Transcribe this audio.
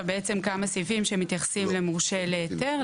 בעצם כמה סעיפים שמתייחסים למורשה להיתר,